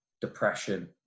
depression